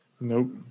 Nope